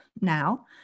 now